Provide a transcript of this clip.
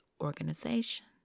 organization